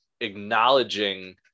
acknowledging